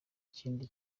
kindi